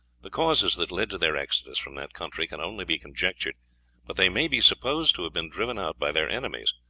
the causes that led to their exodus from that country can only be conjectured but they may be supposed to have been driven out by their enemies,